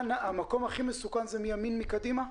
המקום הכי מסוכן הוא בצד ימין מקדימה?